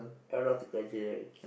aeronautic engineering